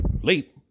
Late